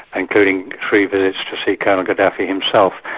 including three visits to see colonel gaddafi himself,